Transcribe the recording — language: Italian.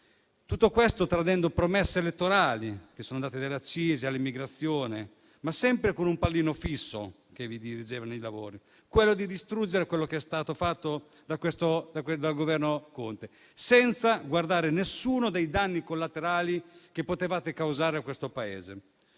Tutto questo tradendo promesse elettorali, dalle accise all'immigrazione, ma sempre con un pallino fisso che dirigeva i lavori, quello di distruggere ciò che era stato fatto dal Governo Conte, senza considerare nessuno dei danni collaterali che potevate causare a questo Paese.